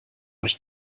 euch